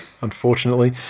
unfortunately